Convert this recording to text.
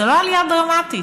זו לא עלייה דרמטית,